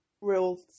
rules